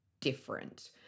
different